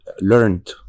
learned